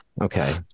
Okay